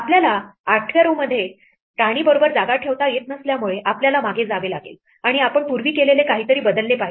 आपल्याला 8व्या row मध्ये राणीबरोबर जागा ठेवता येत नसल्यामुळे आपल्याला मागे जावे लागेल आणि आपण पूर्वी केलेले काहीतरी बदलले पाहिजे